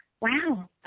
Wow